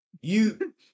You-